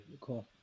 cool